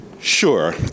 Sure